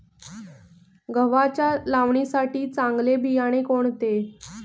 गव्हाच्या लावणीसाठी चांगले बियाणे कोणते?